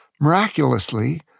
Miraculously